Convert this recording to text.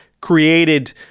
created